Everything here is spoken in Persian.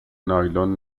نایلون